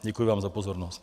Děkuji vám za pozornost.